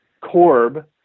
Korb